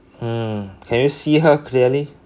hmm can you see her clearly